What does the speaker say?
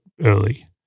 early